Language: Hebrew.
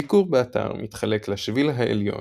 הביקור באתר מתחלק לשביל העליון,